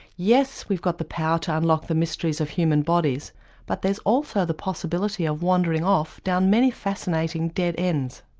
yes, we've got the power to unlock the mysteries of human bodies but there's also the possibility of wandering off down many fascinating dead ends.